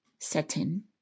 setting